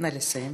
נא לסיים.